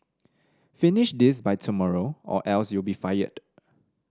finish this by tomorrow or else you'll be fired